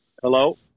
Hello